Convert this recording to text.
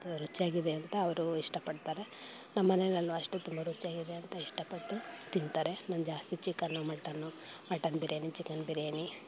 ರುಚಿಯಾಗಿದೆ ಅಂತ ಅವರು ಇಷ್ಟಪಡ್ತಾರೆ ನಮ್ಮನೆಯಲ್ಲೂ ಅಷ್ಟೇ ತುಂಬ ರುಚಿಯಾಗಿದೆ ಅಂತ ಇಷ್ಟಪಟ್ಟು ತಿಂತಾರೆ ನಾನು ಜಾಸ್ತಿ chicken mutton mutton biryani chicken biryani